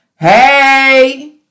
hey